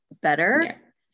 better